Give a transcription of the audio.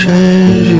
Change